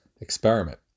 experiment